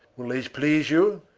will these please you?